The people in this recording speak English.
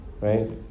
right